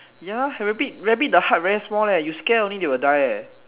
ya rabbit rabbit the heart very small leh you scare only they will die eh